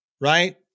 right